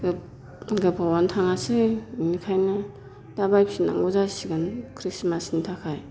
गोबावानो थाङासै बिनिखायनो दा बायफिननांगौ जासिगोन ख्रिस्तमासनि थाखाय